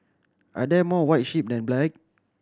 are there more white sheep than black